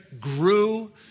grew